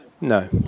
No